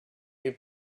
you